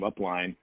upline